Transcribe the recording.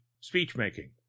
speech-making